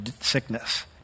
sickness